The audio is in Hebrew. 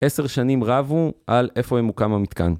עשר שנים רבו על איפה ימוקם המתקן.